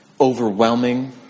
Overwhelming